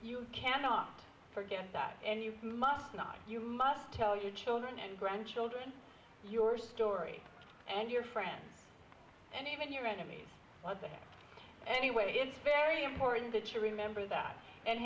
you cannot forget that and you must not you must tell your children and grandchildren your story and your friends and even your enemies was there anyway it's very important that you remember that and